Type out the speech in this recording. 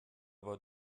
war